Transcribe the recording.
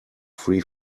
free